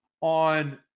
on